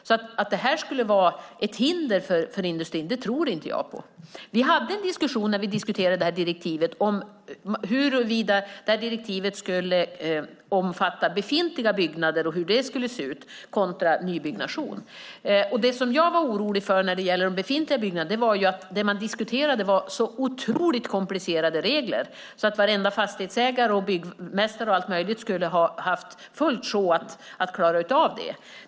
Att det vi här diskuterar skulle vara ett hinder för industrin tror inte jag. När vi diskuterade direktivet hade vi en diskussion om huruvida direktivet skulle omfatta befintliga byggnader och om hur det skulle se ut kontra nybyggnation. Det som jag var orolig för när det gäller befintliga byggnader var att det man diskuterade var så otroligt komplicerade regler att varenda fastighetsägare och byggmästare exempelvis skulle ha haft fullt sjå att klara av dem.